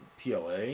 PLA